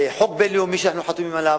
חוק בין-לאומי שאנחנו חתומים עליו,